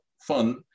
fun